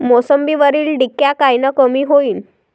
मोसंबीवरील डिक्या कायनं कमी होईल?